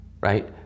Right